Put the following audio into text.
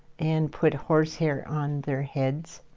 and put horse hair on their heads.